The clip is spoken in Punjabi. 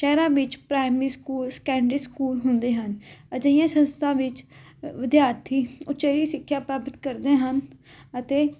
ਸ਼ਹਿਰਾਂ ਵਿੱਚ ਪ੍ਰਾਈਮਰੀ ਸਕੂਲ ਸਕੈਡਰੀ ਸਕੂਲ ਹੁੰਦੇ ਹਨ ਅਜਿਹੀਆਂ ਸੰਸਥਾ ਵਿੱਚ ਵਿਦਿਆਰਥੀ ਉਚੇਰੀ ਸਿੱਖਿਆ ਪ੍ਰਾਪਤ ਕਰਦੇ ਹਨ ਅਤੇ